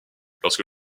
lorsque